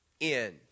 end